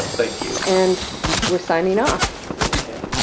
thank you, and we're signing off thank. yeah